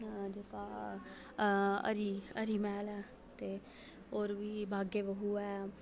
जेह्ड़ा हरि मैह्ल ऐ ते होर बी बागे बाहू ऐ